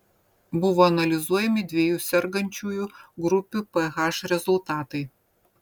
buvo analizuojami dviejų sergančiųjų grupių ph rezultatai